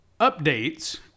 updates